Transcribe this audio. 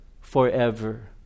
forever